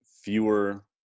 fewer